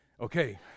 Okay